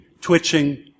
twitching